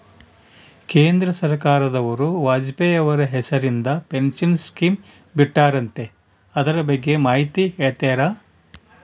ಕೇಂದ್ರ ಸರ್ಕಾರದವರು ವಾಜಪೇಯಿ ಅವರ ಹೆಸರಿಂದ ಪೆನ್ಶನ್ ಸ್ಕೇಮ್ ಬಿಟ್ಟಾರಂತೆ ಅದರ ಬಗ್ಗೆ ಮಾಹಿತಿ ಹೇಳ್ತೇರಾ?